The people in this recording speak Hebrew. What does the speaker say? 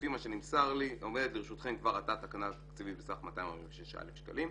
לפי מה שנמסר לי עומדת לרשותכם כבר עתה תקנה תקציבית בסך 246,000 שקלים.